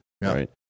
Right